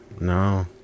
No